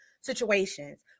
Situations